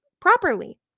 properly